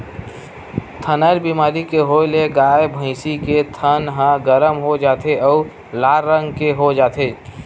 थनैल बेमारी के होए ले गाय, भइसी के थन ह गरम हो जाथे अउ लाल रंग के हो जाथे